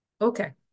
Okay